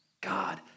God